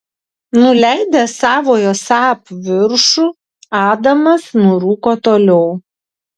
nuleidęs savojo saab viršų adamas nurūko toliau